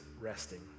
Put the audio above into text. resting